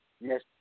Yes